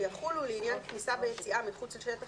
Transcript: ויחולו לעניין כניסה ויציאה מחוץ לשטח